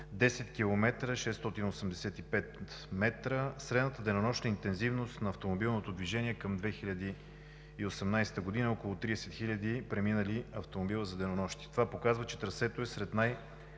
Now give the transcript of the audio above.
10 км 685 м средната денонощна интензивност на автомобилното движение към 2018 г. е около 30 хиляди преминали автомобила за денонощие. Това показва, че трасето е сред най